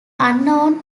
unknown